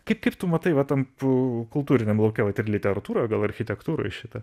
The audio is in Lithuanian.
kaip kaip tu matai va tamp kultūriniam lauke va literatūroj gal architektūroj šitą